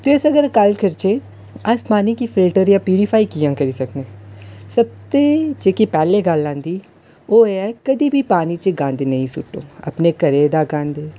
ते अस गल्ल करचै अस पानी गी फिल्टर जां प्यूरीफाई कि'यां करी सकने सब तो पैह्ले जेह्ड़ी गल्ल औंदी ओह् एह् ऐ केह् कदें बी पानी च गंद नेईं सू'ट्टो अपने घरै दा गंद